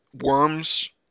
worms